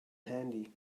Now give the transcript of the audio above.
handy